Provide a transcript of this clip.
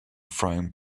frying